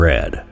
Red